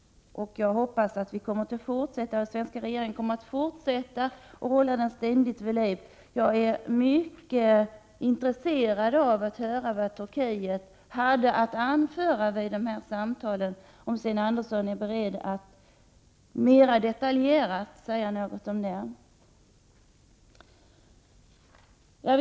Och jag hoppas att den svenska regeringen kommer att fortsätta att hålla denna fråga vid liv. Jag är mycket intresserad av att få höra vad man från turkisk sida hade att anföra vid dessa samtal. Jag undrar om Sten Andersson är beredd att mera detaljerat redogöra för dessa samtal.